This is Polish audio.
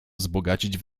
wzbogacić